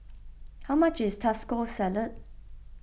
how much is Taco Salad